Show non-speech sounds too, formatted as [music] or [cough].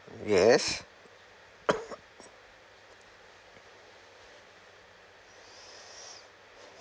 yes [coughs]